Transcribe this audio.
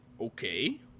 okay